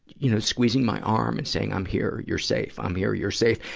you, know squeezing my arm and saying, i'm here. you're safe. i'm here. you're safe.